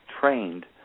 trained